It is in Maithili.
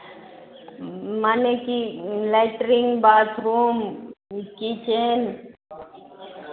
मानेकि लैटरिन बाथरूम किचेन